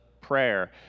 prayer